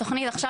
התוכנית עכשיו,